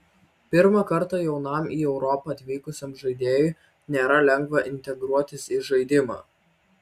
pirmą kartą jaunam į europą atvykusiam žaidėjui nėra lengva integruotis į žaidimą